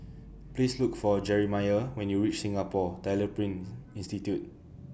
Please Look For Jerimiah when YOU REACH Singapore Tyler Print Institute